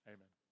Amen